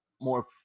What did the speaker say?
more